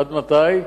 עד מתי?